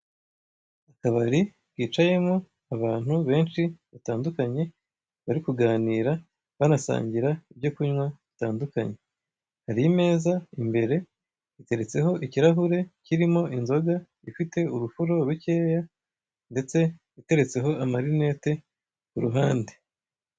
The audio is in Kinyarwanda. Akabari kicayemo abantu benshi batandukanye bari kuganira banasangira ibyo kunywa bitandukanye. Hari imeza imbere iteretseho ikirahure kirimo inzoga ifite urufuro rucyeya ndetse iteretseho amarinete ku ruhande.